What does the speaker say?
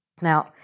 Now